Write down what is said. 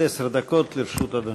עד עשר דקות לרשות אדוני.